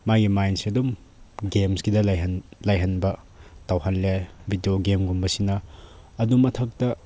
ꯃꯥꯒꯤ ꯃꯥꯏꯟꯁꯦ ꯑꯗꯨꯝ ꯒꯦꯝꯁꯀꯤꯗ ꯂꯩꯍꯟꯕ ꯇꯧꯍꯜꯂꯦ ꯚꯤꯗꯤꯑꯣ ꯒꯦꯝꯒꯨꯝꯕꯁꯤꯅ ꯑꯗꯨ ꯃꯊꯛꯇ